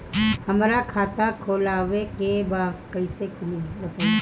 हमरा खाता खोलवावे के बा कइसे खुली बताईं?